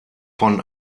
von